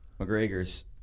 mcgregor's